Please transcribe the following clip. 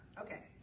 okay